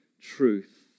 truth